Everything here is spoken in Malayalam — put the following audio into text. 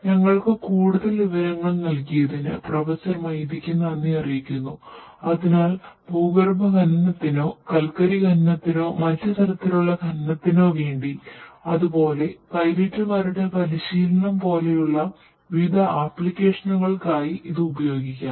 ഞങ്ങൾക്ക് കൂടുതൽ വിവരങ്ങൾ നൽകിയതിന് പ്രൊഫസർ മൈതിക്ക് ഇത് ഉപയോഗിക്കാം